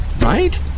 Right